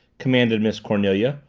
commanded miss cornelia.